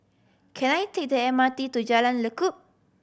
can I take the M R T to Jalan Lekub